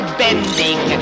bending